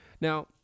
Now